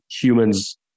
humans